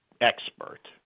expert